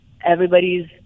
Everybody's